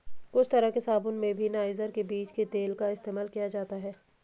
कुछ तरह के साबून में भी नाइजर के बीज के तेल का इस्तेमाल किया जाता है